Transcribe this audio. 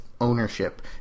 ownership